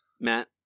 Matt